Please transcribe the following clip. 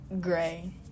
gray